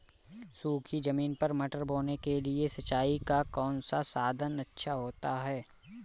सूखी ज़मीन पर मटर बोने के लिए सिंचाई का कौन सा साधन अच्छा होता है?